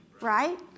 Right